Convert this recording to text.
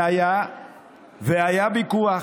והיה ויכוח.